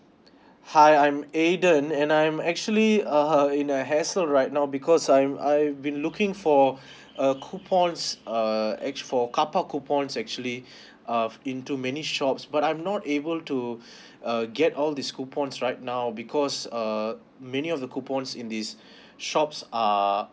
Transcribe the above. hi I'm aden and I'm actually uh in a hassle right now because I'm I've been looking for a coupons uh act~ for carpark coupons actually uh into many shops but I'm not able to uh get all these coupons right now because err many of the coupons in these shops are